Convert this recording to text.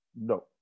No